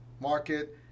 market